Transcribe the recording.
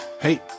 hey